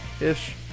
ish